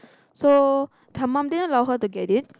so her mum didn't allow her to get it